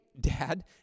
Dad